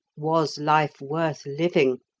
was life worth living,